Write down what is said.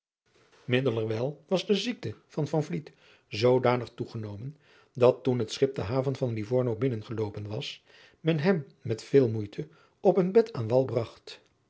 middelerwijl was de ziekte van van vliet zoodanig toegenomen dat toen het schip de haven van livorno binnen geloopen was men hem met veel mocite op een bed aan wal bragt